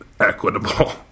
equitable